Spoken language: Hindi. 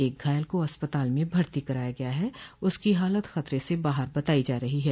एक घायल को अस्पताल में भर्ती कराया गया है उसकी हालात खतरे से बाहर बतायी जा रही है